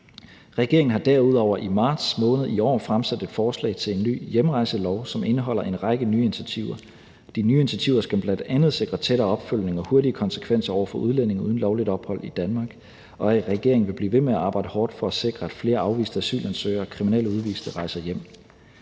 Regeringen har derudover i marts måned i år fremsat et forslag til en ny hjemrejselov, som indeholder en række nye initiativer. De nye initiativer skal bl.a. sikre tættere opfølgning og hurtigere konsekvens over for udlændinge uden lovligt ophold i Danmark, og regeringen vil blive ved med at arbejde hårdt for at sikre, at flere afviste asylansøgere og kriminelle udviste rejser hjem.